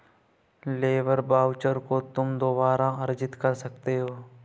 labour voucher को तुम दोबारा अर्जित कर सकते हो